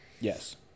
Yes